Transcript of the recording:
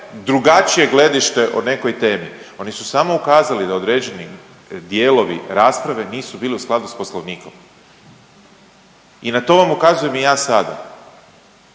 drugačije gledište o nekoj temi. Oni su samo ukazali da određeni dijelovi rasprave nisu bili u skladu sa Poslovnikom i na to vam ukazujem i ja sada.